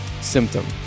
symptom